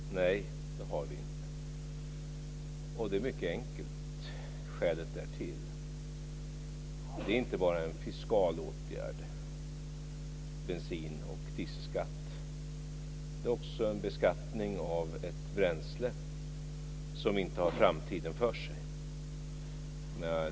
Fru talman! Nej, det har vi inte. Skälet till det är mycket enkelt. Bensin och dieselskatt är inte bara en fiskal åtgärd, utan det är också en beskattning av ett bränsle som inte har framtiden för sig.